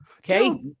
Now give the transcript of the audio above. Okay